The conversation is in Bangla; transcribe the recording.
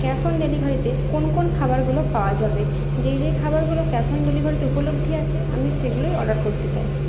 ক্যাশ অন ডেলিভারিতে কোন কোন খাবারগুলো পাওয়া যাবে যেই যেই খাবারগুলো ক্যাশ অন ডেলিভারিতে উপলব্ধি আছে আমি সেগুলোই অর্ডার করতে চাই